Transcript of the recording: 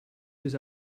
his